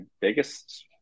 biggest